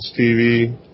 TV